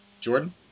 Jordan